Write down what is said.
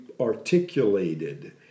articulated